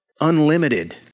unlimited